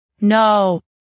no